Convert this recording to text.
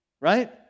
right